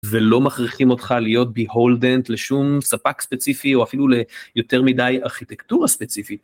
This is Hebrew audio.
ולא מכריחים אותך להיות בהולדנט לשום ספק ספציפי או אפילו ליותר מדי ארכיטקטורה ספציפית.